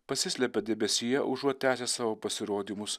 pasislėpė debesyje užuot tęsęs savo pasirodymus